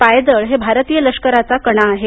पायदळ हे भारतीय लष्कराचा कणा आहे